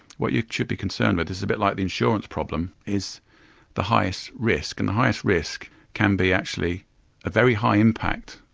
what you should be concerned with is a bit like the insurance problem, is the highest risk, and the highest risk can be actually a very high impact,